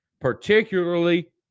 particularly